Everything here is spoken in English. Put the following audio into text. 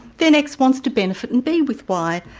then x wants to benefit and be with y,